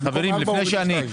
בטח שיש לי שאלות.